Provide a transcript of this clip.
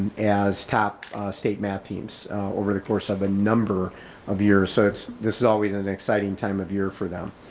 and as top state math teams over the course of a number of years. so it's this is always and an exciting time of year for them.